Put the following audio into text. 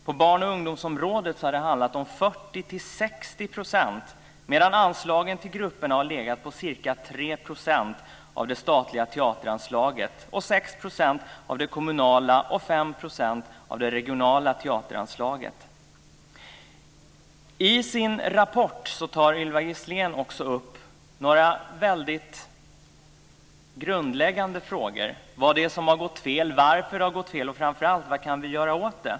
På barn och ungdomsområdet har det handlat om 40-60 %, medan anslagen till grupperna har legat på ca 3 % av det statliga teateranslaget, 6 % av det kommunala och 5 % av det regionala teateranslaget. I sin rapport tar Ylva Gislén också upp några väldigt grundläggande frågor. Vad är det som har gått fel? Varför har det gått fel? Och framför allt: Vad kan vi göra åt det?